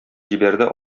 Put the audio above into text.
җибәрде